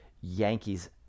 Yankees